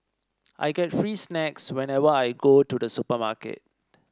I get free snacks whenever I go to the supermarket